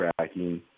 tracking